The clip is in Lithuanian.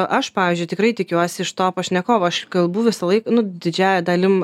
aš pavyzdžiui tikrai tikiuosi iš to pašnekovo aš kalbu visąlaik nu didžiąja dalim